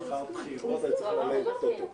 אני אומר את זה בקשר לתרבות שלנו.